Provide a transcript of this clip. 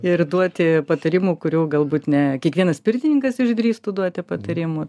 ir duoti patarimų kurių galbūt ne kiekvienas pirtininkas išdrįstų duoti patarimų